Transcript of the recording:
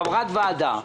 חברת ועדה,